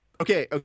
Okay